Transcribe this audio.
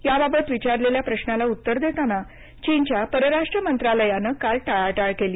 याबाबत विचारलेल्या प्रश्नाला उत्तर देताना चीनच्या परराष्ट्र मंत्रालयानं काल टाळाटाळ केली